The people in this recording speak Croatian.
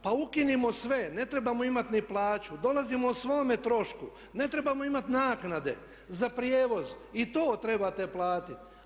Pa ukinimo sve, ne trebamo imati ni plaću, dolazimo o svome trošku, ne trebamo imati naknade za prijevoz i to trebate platiti.